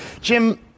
jim